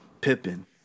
Pippen